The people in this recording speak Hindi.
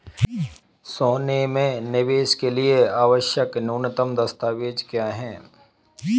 सोने में निवेश के लिए आवश्यक न्यूनतम दस्तावेज़ क्या हैं?